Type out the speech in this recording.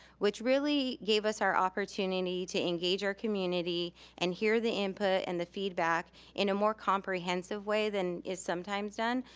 which really gave us our opportunity to engage our community and hear the input and the feedback in a more comprehensive way than is sometimes done.